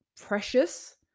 precious